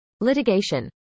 litigation